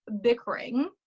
bickering